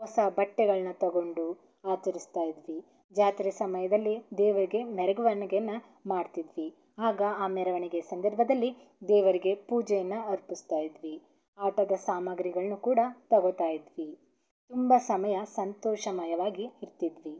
ಹೊಸ ಬಟ್ಟೆಗಳನ್ನ ತಗೊಂಡು ಆಚರಿಸ್ತಾ ಇದ್ವಿ ಜಾತ್ರೆ ಸಮಯದಲ್ಲಿ ದೇವರಿಗೆ ಮೆರವಣಿಗೆಯನ್ನ ಮಾಡ್ತಿದ್ವಿ ಆಗ ಆ ಮೆರವಣಿಗೆಯ ಸಂದರ್ಭದಲ್ಲಿ ದೇವರಿಗೆ ಪೂಜೆಯನ್ನು ಅರ್ಪಿಸ್ತಾ ಇದ್ವಿ ಆಟದ ಸಾಮಾಗ್ರಿಗಳನ್ನು ಕೂಡ ತಗೊಳ್ತಾ ಇದ್ವಿ ತುಂಬ ಸಮಯ ಸಂತೋಷಮಯವಾಗಿ ಇರ್ತಿದ್ವಿ